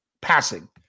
passing